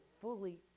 fully